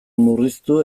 murriztu